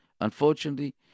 Unfortunately